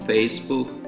Facebook